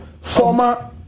former